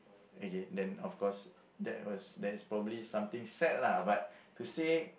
okay then of course that was that is probably something sad lah but to say